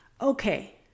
okay